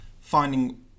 finding